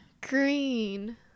Green